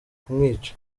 kumwica